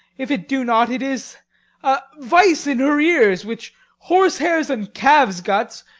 if it do not, it is a vice in her ears which horsehairs and calves' guts,